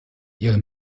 ihre